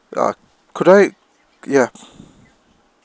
ah could I ya